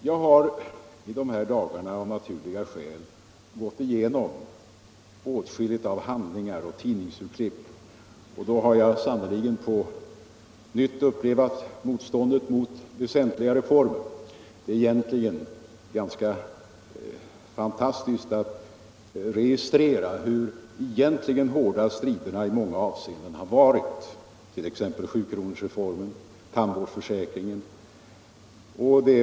Jag har i de här dagarna av naturliga skäl gått igenom åtskilligt av handlingar och tidningsurklipp. Då har jag sannerligen på nytt upplevt motståndet mot väsentliga reformer. Det är ganska fantastiskt att registrera hur hårda striderna i många avseenden har varit, t.ex. om sjukronorsreformen och om tandvårdsförsäkringen.